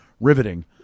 riveting